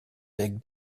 big